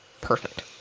Perfect